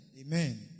Amen